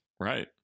Right